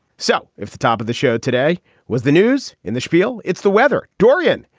so if the top of the show today was the news in the spiel it's the weather dorian.